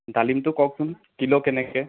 ডালিমটো কওকচোন কিলো কেনেকে